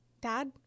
Dad